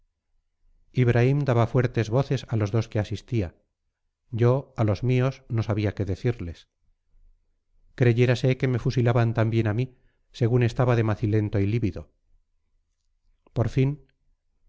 ibraim daba fuertes voces a los dos que asistía yo a los míos no sabía ya qué decirles creyérase que me fusilaban también a mí según estaba de macilento y lívido por fin